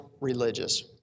religious